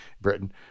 Britain